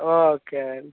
okay అండి